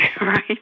right